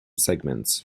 segments